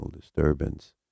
disturbance